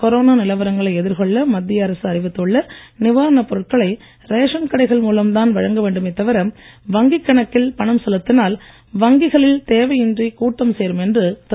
corona நிலவரங்களை எதிர் கொள்ள மத்திய அரசு அறிவித்துள்ள நிவாரணப் பொருட்களை ரேஷன் கடைகள் மூலம்தான் வழங்க வேண்டுமே தவிர வங்கிக் கணக்ல் பணம் செலுத்தினால் வங்கிகளில் தேவையின்றி கூட்டம் சேரும் என்று திரு